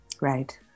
Right